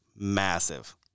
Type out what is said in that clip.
massive